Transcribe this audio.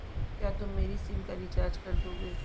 क्या तुम मेरी सिम का रिचार्ज कर दोगे?